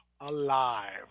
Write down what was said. alive